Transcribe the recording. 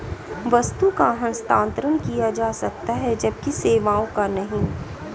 वस्तु का हस्तांतरण किया जा सकता है जबकि सेवाओं का नहीं